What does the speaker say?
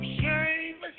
shame